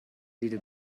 little